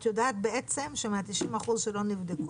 את יודעת בעצם שמ-90% שלא נבדקו,